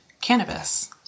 cannabis